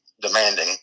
demanding